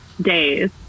days